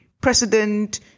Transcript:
President